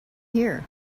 here